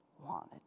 wanted